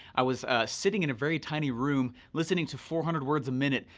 i was sitting in a very tiny room, listening to four hundred words a minute,